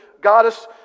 goddess